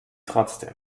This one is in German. trotzdem